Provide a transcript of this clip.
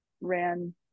ran